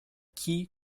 kij